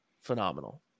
phenomenal